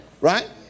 Right